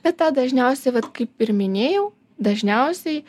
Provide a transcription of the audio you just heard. bet tą dažniausiai vat kaip ir minėjau dažniausiai